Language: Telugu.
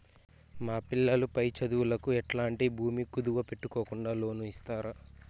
మా పిల్లలు పై చదువులకు ఎట్లాంటి భూమి కుదువు పెట్టుకోకుండా లోను ఇస్తారా